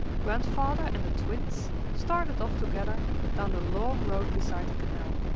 grandfather and the twins started off together down the long road beside the canal.